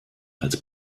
als